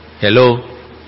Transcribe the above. Hello